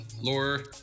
Lore